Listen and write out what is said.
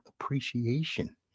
appreciation